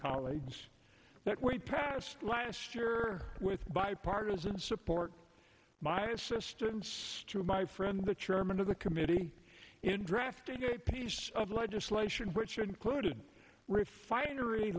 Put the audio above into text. colleagues that we passed last year with bipartisan support my assistance to my friend the chairman of the committee in drafting a piece of legislation which included refinery